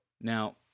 Now